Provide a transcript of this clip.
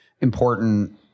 important